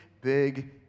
big